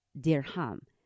dirham